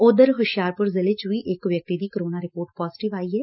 ਉਧਰ ਹੁਸ਼ਿਆਰਪੁਰ ਜ਼ਿਲੇ ਚ ਵੀ ਇਕ ਵਿਅਕਤੀ ਦੀ ਕੋਰੋਨਾ ਰਿਪੋਰਟ ਪਾਜੇਟਿਵ ਆਈ ਏ